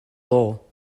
law